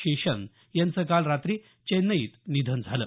शेषन याचं काल रात्री चेन्नईत निधन झालं